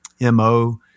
MO